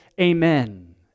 amen